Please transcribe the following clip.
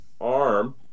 arm